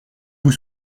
vous